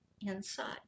inside